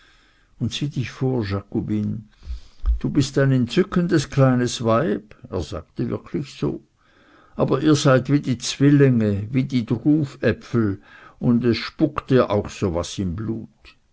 und sieh dich vor jakobine du bist ein entzückendes kleines weib er sagte wirklich so aber ihr seid wie die zwillinge wie die druväpfel und es spukt dir auch so was im blut